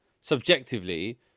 subjectively